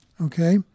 okay